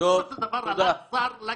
מדבר על מה שהוא רוצה.